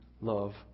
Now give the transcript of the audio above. love